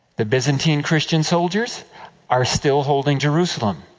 the byzantine christian soldiers are still holding jerusalem.